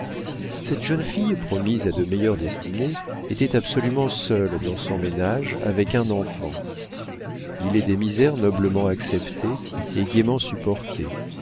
cette jeune fille promise à de meilleures destinées était absolument seule dans son ménage avec un enfant il est des misères noblement acceptées et gaiement supportées